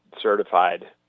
certified